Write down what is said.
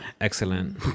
excellent